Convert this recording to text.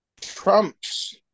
trumps